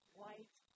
white